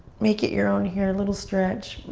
make it your own here, a little stretch.